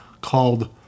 called